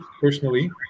Personally